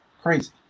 crazy